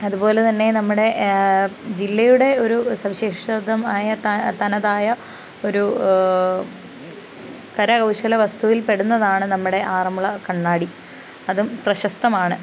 അതുപോലെ തന്നെ നമ്മുടെ ജില്ലയുടെ ഒരു സവിശേഷതമായ തനതായ ഒരു കരകൗശല വസ്തുവിൽ പെടുന്നതാണ് നമ്മുടെ ആറന്മുള കണ്ണാടി അതും പ്രശസ്തമാണ്